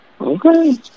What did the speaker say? Okay